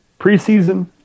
preseason